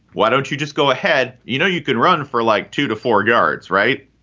why don't you just go ahead? you know, you could run for like two to four guards. right.